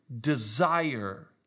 desire